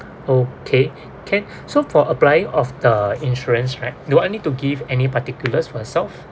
okay can so for applying of the insurance right do I need to give any particulars myself